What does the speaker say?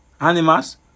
animals